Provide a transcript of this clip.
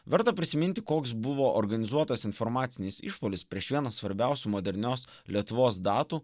verta prisiminti koks buvo organizuotas informacinis išpuolis prieš vieną svarbiausių modernios lietuvos datų